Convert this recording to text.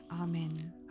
Amen